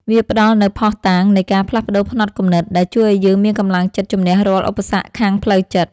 វាផ្ដល់នូវភស្តុតាងនៃការផ្លាស់ប្តូរផ្នត់គំនិត ដែលជួយឱ្យយើងមានកម្លាំងចិត្តជម្នះរាល់ឧបសគ្គខាងផ្លូវចិត្ត។